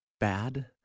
bad